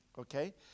okay